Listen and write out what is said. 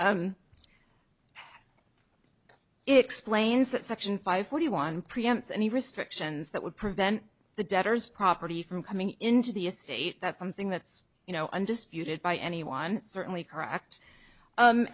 did explains that section five forty one preempts any restrictions that would prevent the debtors property from coming into the estate that's something that's you know undisputed by anyone certainly correct